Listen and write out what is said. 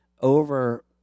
over